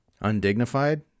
Undignified